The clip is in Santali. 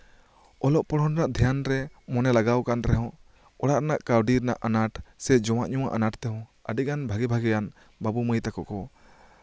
ᱚᱞᱚᱜ ᱯᱚᱲᱦᱚᱱ ᱨᱮᱭᱟᱜ ᱫᱷᱮᱭᱟᱱᱨᱮ ᱢᱚᱱᱮ ᱞᱟᱜᱟᱣ ᱠᱟᱱ ᱨᱮᱦᱚᱸ ᱚᱲᱟᱜ ᱨᱮᱱᱟᱜ ᱠᱟᱹᱣᱰᱤ ᱨᱮᱱᱟᱜ ᱟᱱᱟᱴ ᱥᱮ ᱡᱚᱢᱟᱜ ᱧᱩᱣᱟᱜ ᱟᱱᱟᱴ ᱛᱮᱦᱚᱸ ᱟᱹᱰᱤᱜᱟᱱ ᱵᱷᱟᱜᱮ ᱵᱷᱟᱜᱮᱭᱟᱱ ᱵᱟᱹᱵᱩ ᱢᱟᱹᱭ ᱛᱟᱠᱚ ᱠᱚ